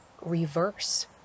reverse